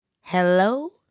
hello